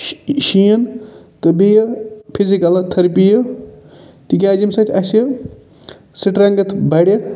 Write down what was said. شہ شیٖن تہٕ بیٚیہِ فِزِکَل تھرپی تِکیٛازِ ییٚمہِ سۭتۍ اَسہِ سَٹرنگتھ بَڑِ